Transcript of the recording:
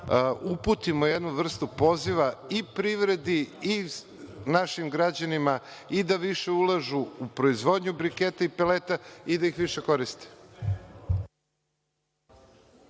uputimo jednu vrstu poziva i privredi i našim građanima i da više ulažu u proizvodnju briketa i peleta i da ih više koriste.